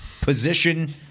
position